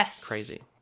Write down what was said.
crazy